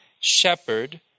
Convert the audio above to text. shepherd